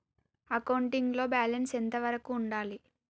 Accounting లో balance ఎంత వరకు ఉండాలి?